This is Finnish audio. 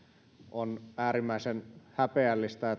on äärimmäisen häpeällistä